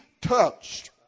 touched